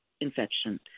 infection